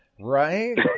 Right